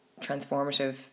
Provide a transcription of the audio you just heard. transformative